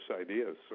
ideas